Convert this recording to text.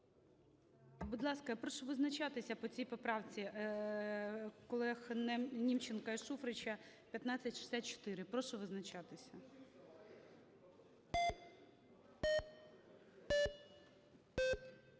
Будь ласка, прошу визначатися по цій поправці колегНімченка і Шуфрича, 1564. Прошу визначатися.